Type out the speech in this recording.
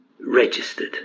registered